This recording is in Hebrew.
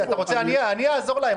אם אתה רוצה אני אעזור להם.